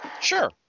Sure